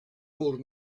old